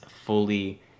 fully